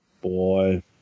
Boy